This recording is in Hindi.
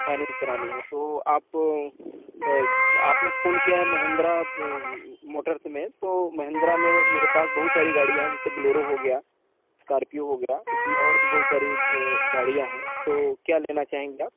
फाइनेंस करानी है तो आप आपने फ़ोन किया है महिंद्रा मोटर्स में तो महिंद्रा में मेरे पास बहुत सारी गाड़ियाँ हैं जैसे बोलोरो हो गया स्कॉर्पियो हो गया उस में और भी बहुत सारी गाड़ियाँ हैं तो क्या लेना चाहेंगे आप